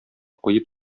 куеп